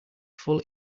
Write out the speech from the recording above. full